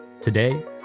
Today